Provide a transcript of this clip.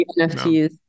NFTs